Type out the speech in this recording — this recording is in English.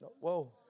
Whoa